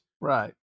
Right